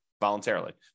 voluntarily